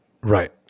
Right